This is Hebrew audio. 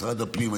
משרד הפנים,